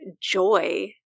joy